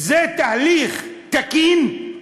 זה תהליך תקין?